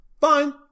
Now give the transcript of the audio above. Fine